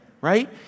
right